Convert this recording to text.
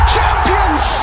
Champions